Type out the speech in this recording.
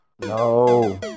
no